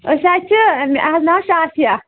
أسۍ حظ چھِ مےٚ حظ ناو شافیہ